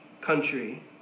country